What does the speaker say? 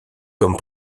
comme